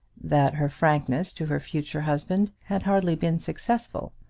that her frankness to her future husband had hardly been successful,